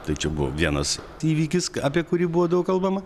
tai čia buvo vienas įvykis apie kurį buvo daug kalbama